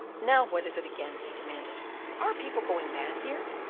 now, what is it again, he demanded are people going mad here?